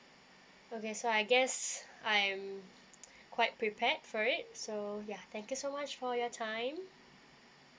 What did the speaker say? okay so I guess I'm quite prepared for it so yeah thank you so much for your time